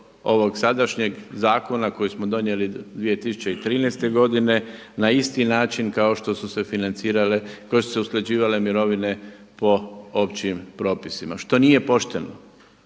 ovog sadašnjeg zakon koji smo donijeli 2013. godine na isti način kao što su se financirale, kojim su se usklađivale mirovine po općim propisima što nije pošteno.